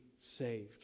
saved